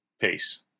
Peace